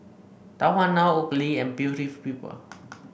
Tahuna Oakley and Beauty of People